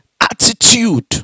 attitude